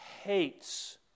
hates